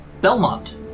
Belmont